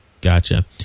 Gotcha